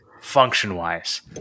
function-wise